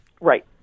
Right